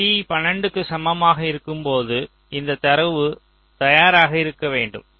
இந்த t 12 க்கு சமமாக இருக்கும்போது இந்த தரவு தயாராக இருக்க வேண்டும்